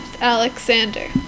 Alexander